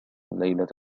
ليلة